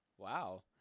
Wow